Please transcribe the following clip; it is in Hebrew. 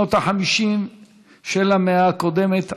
שנות ה-50 של המאה הקודמת,